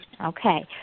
Okay